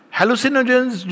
hallucinogens